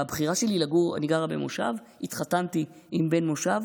אני גרה במושב, התחתנתי עם בן מושב,